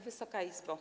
Wysoka Izbo!